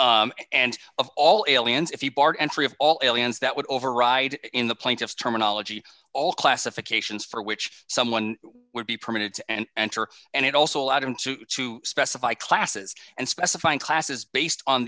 of all aliens that would override in the plaintiff's terminology all classifications for which someone would be permits and enter and it also allowed him to to specify classes and specify classes based on